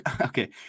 okay